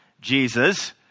Jesus